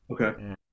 Okay